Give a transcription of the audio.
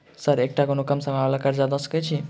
Sir एकटा कोनो कम समय वला कर्जा दऽ सकै छी?